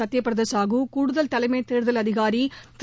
சத்யபிரதா சாஹூ கூடுதல் தலைமை தேர்தல் அதிகாரி திரு